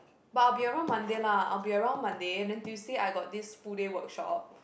but I will be around Monday lah I will be around Monday then Tuesday I got this full day workshop